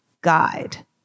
guide